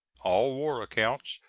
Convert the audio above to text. all war accounts,